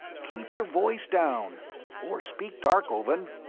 keep your voice down or speak darkovan!